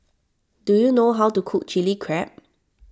do you know how to cook Chili Crab